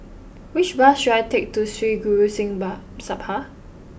which bus should I take to Sri Guru Singh Sabha